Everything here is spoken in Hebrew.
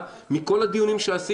אני אומר לכם שמכל הדיונים שקיימנו,